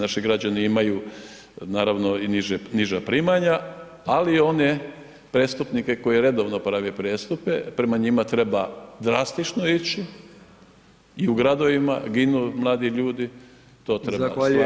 Naši građani imaju naravno i niža primanja, ali one koji redovno prave prijestupe, prema njima treba drastično ići i u gradovima ginu mladi ljudi, to treba